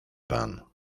pan